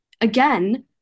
again